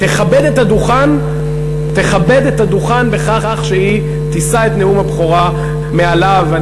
תכבד את הדוכן בכך שהיא תישא את נאום הבכורה מעליו.